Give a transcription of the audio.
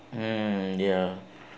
mm ya